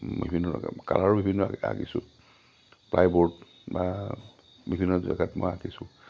বিভিন্ন কালাৰো বিভিন্ন আঁকিছোঁ প্লাইবৰ্ড বা বিভিন্ন জেগাত মই আঁকিছোঁ